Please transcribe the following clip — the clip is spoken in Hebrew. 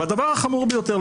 והדבר החמור ביותר,